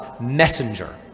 messenger